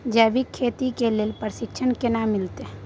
जैविक खेती के लेल प्रशिक्षण केना मिलत?